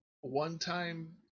one-time